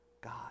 God